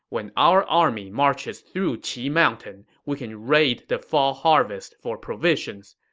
when our army marches through qi mountain, we can raid the fall harvest for provisions.